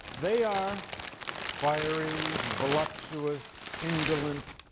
they are fiery, voluptuous, indolent,